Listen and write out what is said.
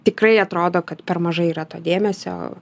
tikrai atrodo kad per mažai yra to dėmesio